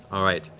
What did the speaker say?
all right.